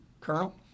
Colonel